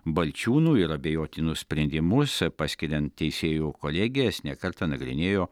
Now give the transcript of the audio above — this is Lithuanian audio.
balčiūnu ir abejotinus sprendimus paskiriant teisėjų kolegijas ne kartą nagrinėjo